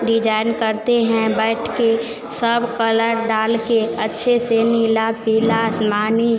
design करते हैं बैठकर सब कलर डालकर अच्छे से नीला पीला आसमानी